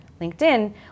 LinkedIn